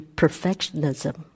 perfectionism